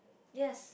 yes